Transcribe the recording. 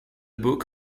book